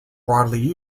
broadly